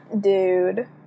Dude